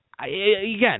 again